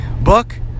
book